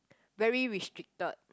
very restricted